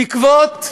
תקוות,